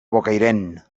bocairent